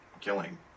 killing